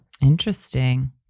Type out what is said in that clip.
Interesting